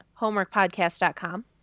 homeworkpodcast.com